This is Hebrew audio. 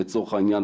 לצורך העניין,